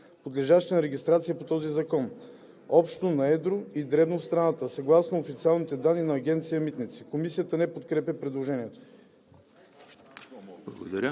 подлежащи на регистрация по този закон, общо на едро и дребно в страната, съгласно официалните данни на Агенция „Митници“.“ Комисията не подкрепя предложението.